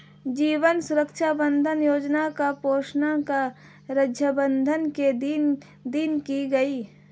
जीवन सुरक्षा बंधन योजना की घोषणा रक्षाबंधन के दिन की गई